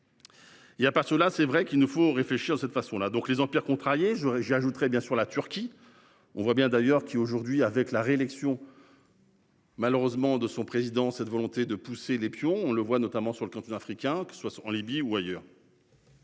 y a pas cela c'est vrai qu'il nous faut réfléchir cette façon-là donc les empires contrarier je voudrais j'bien sûr la Turquie. On voit bien d'ailleurs qui aujourd'hui, avec la réélection. Malheureusement de son président, cette volonté de pousser les pions, on le voit notamment sur le continent africain qui soit en Libye ou ailleurs.